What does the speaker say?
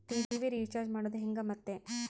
TV recharge ಮಾಡೋದು ಹೆಂಗ ಮತ್ತು?